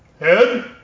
Ed